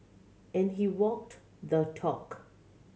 and he walked the talk